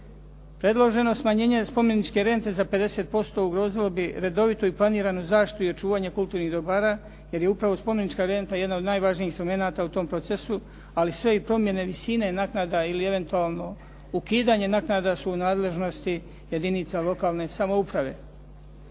Predloženo smanjenje spomeničke rente za 50% ugrozilo bi redovitu i planiranu zaštitu i očuvanje kulturnih dobara jer je upravo spomenička renta jedna od najvažnijih segmenata u tom procesu, ali sve i promjene visine naknada ili eventualno ukidanje naknada su u nadležnosti jedinica lokalne samouprave.